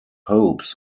hopes